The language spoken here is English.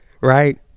right